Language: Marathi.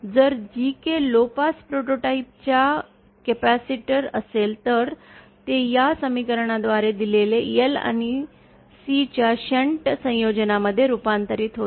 जर GK लो पास प्रोटोटाइप चा कॅपेसिटर असेल तर ते या समीकरणाद्वारे दिलेले L आणि C च्या शंट संयोजनमध्ये रूपांतरित होईल